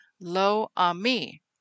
Lo-Ami